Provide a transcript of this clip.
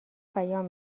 بیان